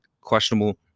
questionable